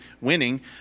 winning